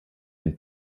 den